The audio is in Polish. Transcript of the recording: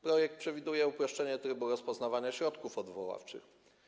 Projekt przewiduje uproszczenie trybu rozpoznawania środków odwoławczych.